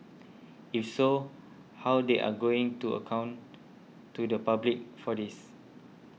if so how they are going to account to the public for this